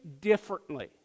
differently